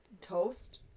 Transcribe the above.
toast